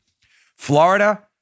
Florida